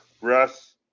Russ